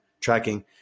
tracking